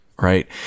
Right